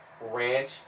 ranch